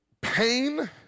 pain